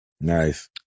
Nice